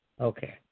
Okay